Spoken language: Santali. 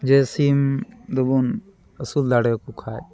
ᱡᱮ ᱥᱤᱢ ᱫᱚᱵᱚᱱ ᱟᱹᱥᱩᱞ ᱫᱟᱲᱮ ᱟᱠᱚ ᱠᱷᱟᱱ